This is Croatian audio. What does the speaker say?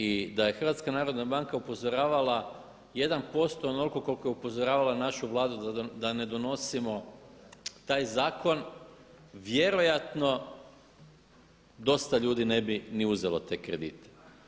I da je HNB upozoravala jedan posto onoliko je upozoravala našu vladu da ne donosimo taj zakon, vjerojatno dosta ljudi ne bi ni uzelo te kredite.